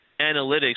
analytics